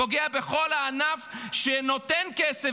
זה פוגע בכל ענף שנותן כסף,